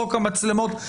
חוק המצלמות.